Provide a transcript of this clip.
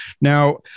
now